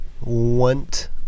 want